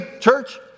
church